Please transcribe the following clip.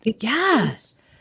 Yes